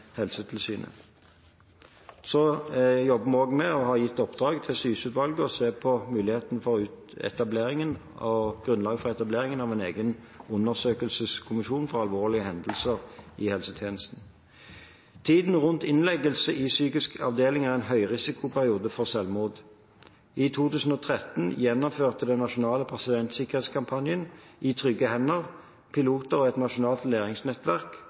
Helsetilsynet. Så jobber vi også med – og har gitt i oppdrag til Syse-utvalget – å se på grunnlaget for etablering av en egen undersøkelseskommisjon for alvorlige hendelser i helsetjenesten. Tiden rundt innleggelse i psykiatriske avdelinger er en høyrisikoperiode for selvmord. I 2013 gjennomførte den nasjonale pasientsikkerhetskampanjen I trygge hender piloter og et nasjonalt læringsnettverk